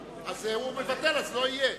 אז הוא מבטל, אז לא יהיה.